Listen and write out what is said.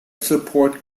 support